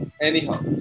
Anyhow